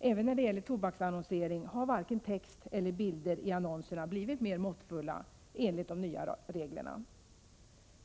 Även när det gäller tobaksannonseringen har varken text eller bilder i annonserna blivit mer måttfulla enligt de nya reglerna.